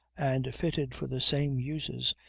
and fitted for the same uses,